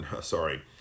sorry